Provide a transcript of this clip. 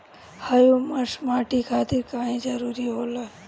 Humus माटी खातिर काहे जरूरी होला?